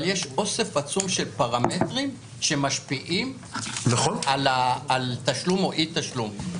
אבל יש אוסף עצום של פרמטרים שמשפיעים על תשלום או אי תשלום,